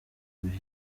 bihe